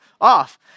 off